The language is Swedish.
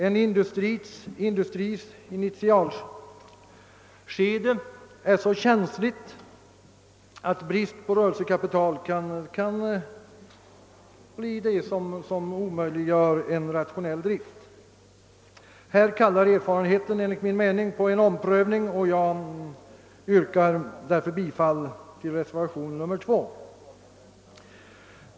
En industris initialskede är så känsligt, att brist på rörelsekapital kan bli det som omöjliggör en rationell drift. Här påkallar erfarenheten enligt min mening en omprövning och jag yrkar därför bifall till reservation 2.